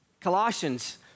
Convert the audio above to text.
Colossians